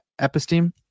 episteme